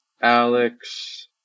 Alex